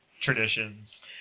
traditions